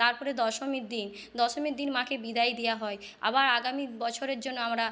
তারপরে দশমীর দিন দশমীর দিন মাকে বিদায় দেওয়া হয় আবার আগামী বছরের জন্য আমরা